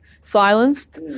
silenced